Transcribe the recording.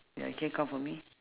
ya can count for me